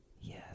yes